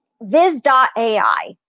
Viz.ai